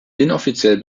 inoffiziell